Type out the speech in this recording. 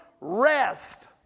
rest